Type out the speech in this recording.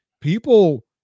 people